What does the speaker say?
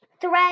Thread